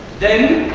then,